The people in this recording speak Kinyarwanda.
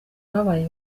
babaye